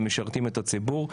הם משרתים את הציבור,